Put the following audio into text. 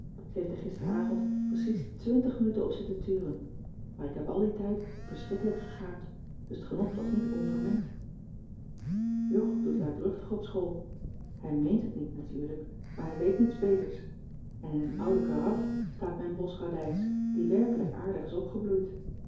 ter heul op zitten turen maar ik heb al dien tijd verschrikkelijk gegaapt dus t genot was niet onvermengd jog doet luidruchtig op school hij meent het niet natuurlijk maar hij weet niets beters en in een oude karaf staat mijn bos radijs die werkelijk aardig is opgebloeid